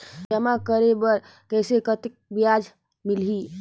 जमा करे बर कइसे कतेक ब्याज मिलही?